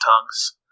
tongues